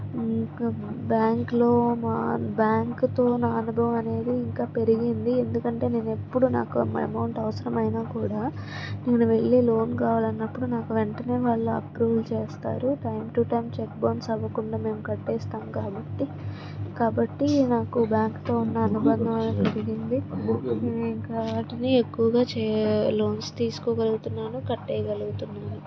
బ్యాంకులో మా బ్యాంకుతో నాలుగు అనేది ఇంకా పెరిగింది ఎందుకంటే నేను ఎప్పుడు నాకు అమౌంట్ అవసరం అయినా కూడా నేను వెళ్ళీ లోన్ కావాలి అన్నప్పుడు నాకు వెంటనే వాళ్ళు అప్రూవల్ చేస్తారు time to time cheque bounce అవ్వకుండా మేము కట్టేస్తాం కాబట్టి కాబట్టి నాకు బ్యాంకుతో ఉన్న అనుబంధం అలాంటిది నేను ఇంకా అలాంటిది ఎక్కువగా చేయాలన్నా లోన్స్ తీసుకోగలుగుతున్నాను కట్టేయగలుగుతున్నాను